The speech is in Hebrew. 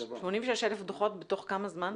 86,000 דוחות בתוך כמה זמן?